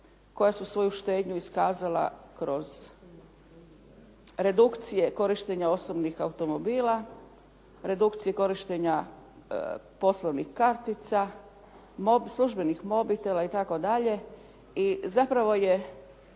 koja su svoju štednju iskazala kroz redukcije korištenja osobnih automobila, redukcija korištenja poslovnih kartica, službenih mobitela itd.